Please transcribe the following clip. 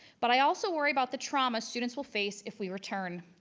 but i also worry about the trauma students will face if we return.